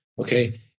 okay